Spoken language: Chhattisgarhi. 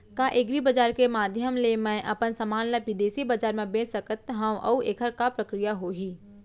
का एग्रीबजार के माधयम ले मैं अपन समान ला बिदेसी बजार मा बेच सकत हव अऊ एखर का प्रक्रिया होही?